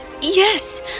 Yes